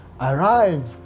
arrive